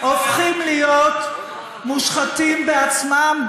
הופכים להיות מושחתים בעצמם,